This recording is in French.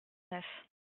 neuf